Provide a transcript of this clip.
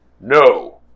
No